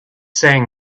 saying